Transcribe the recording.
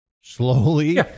slowly